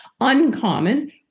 uncommon